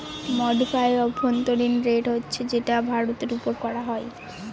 modified অভ্যন্তরীন rate হচ্ছে যেটা ফেরতের ওপর করা হয়